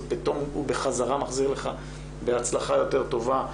הוא פתאום בחזרה מחזיר לך בהצלחה יותר טובה.